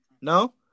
No